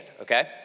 okay